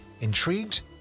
intrigued